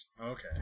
Okay